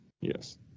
yes